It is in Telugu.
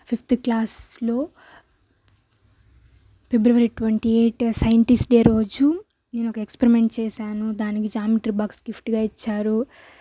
ఫిఫ్త్ క్లాస్లో February twenty eighth scientist day రోజు నేను ఒక ఎక్స్పరిమెంట్ చేశాను దానికి జామెట్రీ బాక్స్ గిఫ్ట్గా ఇచ్చారు